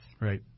Right